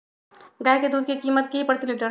गाय के दूध के कीमत की हई प्रति लिटर?